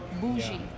Bougie